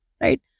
right